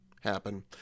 happen